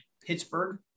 Pittsburgh